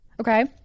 okay